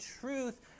truth